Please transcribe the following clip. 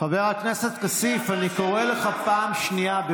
חבר הכנסת כסיף, אני קורא לך פעם שנייה.